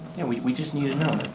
and we we just need to know.